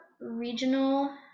regional